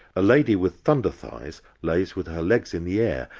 a lady with thunder thighs lies with her legs in the air,